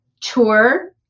tour